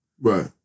Right